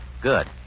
Good